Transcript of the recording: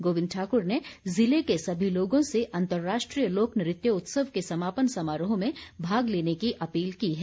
गोबिंद ठाक़र ने जिले के सभी लोगों से अंतर्राष्ट्रीय लोक नृत्य उत्सव के समापन समारोह में भाग लेने की अपील की है